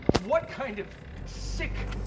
what kind of sick,